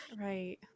Right